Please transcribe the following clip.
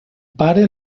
pare